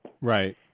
Right